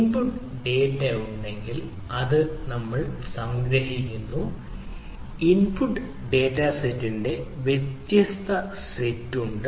input data ഉണ്ടെങ്കിൽ അത് ആഗ്രഹിക്കുന്നു ഇൻപുട്ട് ഡാറ്റ സെറ്റിന്റെ വ്യത്യസ്ത സെറ്റ് ഉണ്ട്